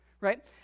right